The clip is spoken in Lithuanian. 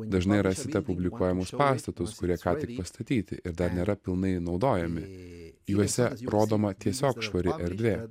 dažnai rasite publikuojamus pastatus kurie ką tik pastatyti ir dar nėra pilnai naudojami juose rodoma tiesiog švari erdvė